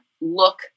look